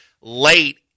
late